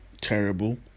terrible